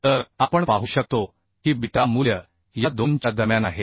तर आपण पाहू शकतो की बीटा मूल्य या 2 च्या दरम्यान आहे